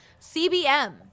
cbm